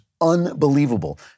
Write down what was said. unbelievable